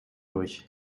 durch